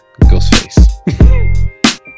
Ghostface